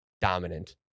dominant